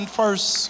first